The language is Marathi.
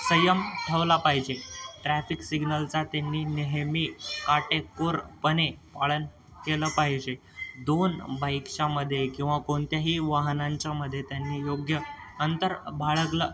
संयम ठेवला पाहिजे ट्रॅफिक सिग्नलचा त्यांनी नेहमी काटेकोरपणे पालन केलं पाहिजे दोन बाईकच्या मध्ये किंवा कोणत्याही वाहनांच्या मध्ये त्यांनी योग्य अंतर बाळगलं